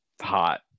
hot